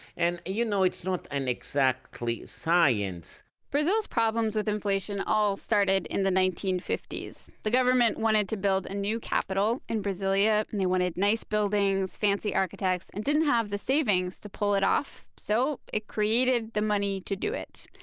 and, you know, it's not an exactly science brazil's problems with inflation all started in the nineteen fifty s. the government wanted to build a new capital in brasilia, and they wanted nice buildings, fancy architects, and didn't have the savings to pull it off, so it created the money to do it.